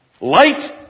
Light